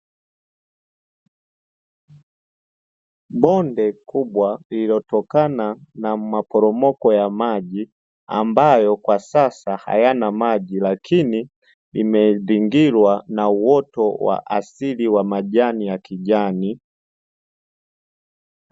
Bonde kubwa lililotokana na maporomoko ya maji, ambayo kwa sasa hayana maji, lakini limezingirwa na uoto wa asili wa majani ya kijani.